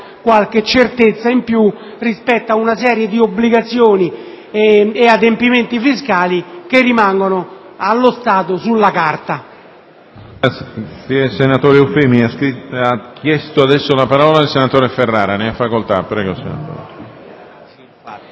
qualche certezza in più rispetto ad una serie di obbligazioni e adempimenti fiscali che rimangono, allo stato, sulla carta,